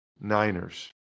Niners